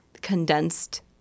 condensed